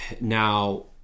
now